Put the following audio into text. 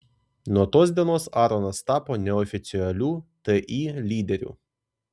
nuo tos dienos aronas tapo neoficialiu ti lyderiu